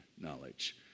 knowledge